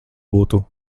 būtu